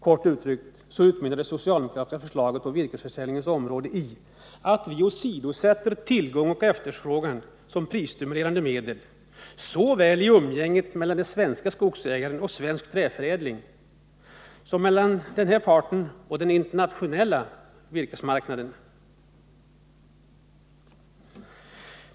Kort uttryckt utmynnar det socialdemokratiska förslaget på virkesförsäljningens område i att vi åsidosätter tillgång och efterfrågan som prisstimulerande medel såväl i umgänget mellan den svenska skogsägaren och svensk träförädling som mellan denna part och den internationella virkesmarknaden.